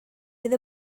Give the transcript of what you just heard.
fydd